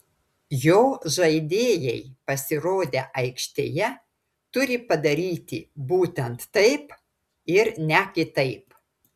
jo žaidėjai pasirodę aikštėje turi padaryti būtent taip ir ne kitaip